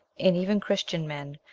and even christian men,